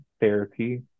therapy